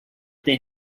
they